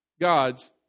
God's